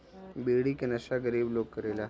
बीड़ी के नशा गरीब लोग करेला